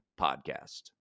Podcast